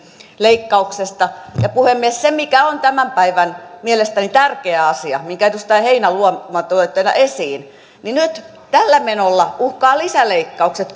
leikkauksesta puhemies se mikä on mielestäni tämän päivän tärkeä asia minkä edustaja heinäluoma toi täällä esiin niin nyt tällä menolla uhkaavat lisäleikkaukset